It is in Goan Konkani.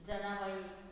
जनाबाई